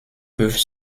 peuvent